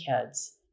kids